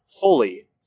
fully